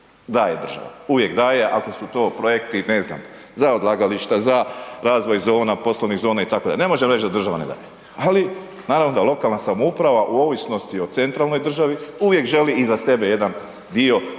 Daje država, uvijek daje ako su to projekti, ne znam, za odlagališta, za razvoj zona, poslovnih zona itd., ne možemo reći da država ne daje ali naravno da lokalna samouprava u ovisnosti o centralnoj državi, uvijek želi iza sebe jedan dio